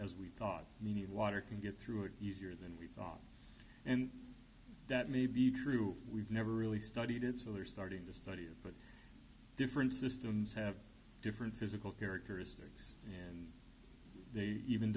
as we thought the water can get through it easier than we thought and that may be true we've never really studied it so they're starting to study with different systems have different physical characteristics they even